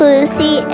Lucy